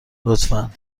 لطفا